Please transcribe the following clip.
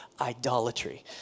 idolatry